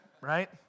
right